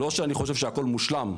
לא שאני חושב שהכול מושלם.